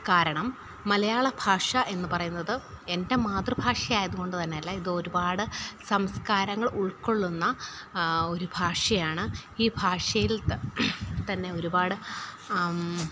കാരണം മലയാള ഭാഷ എന്നു പറയുന്നത് എൻ്റെ മാതൃഭാഷ ആയതുകൊണ്ടു തന്നെയല്ല ഇത് ഒരുപാട് സംസ്കാരങ്ങൾ ഉൾക്കൊള്ളുന്ന ഒരു ഭാഷയാണ് ഈ ഭാഷയിൽ തന്നെ ഒരുപാട്